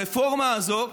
הרפורמה הזו,